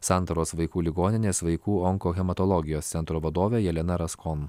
santaros vaikų ligoninės vaikų onkohematologijos centro vadovė jelena raskom